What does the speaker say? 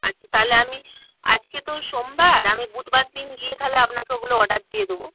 আচ্ছা তাহলে আমি আজকে তো সোমবার আমি বুধবার দিন গিয়ে তাহলে আপনাকে ওগুলো অর্ডার দিয়ে দেবো